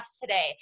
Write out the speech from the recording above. today